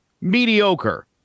mediocre